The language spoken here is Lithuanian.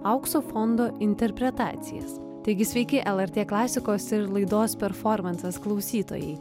aukso fondo interpretacijas taigi sveiki lrt klasikos ir laidos performansas klausytojai